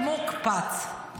מוקפץ.